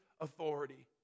authority